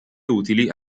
utili